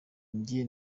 njye